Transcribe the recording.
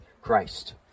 Christ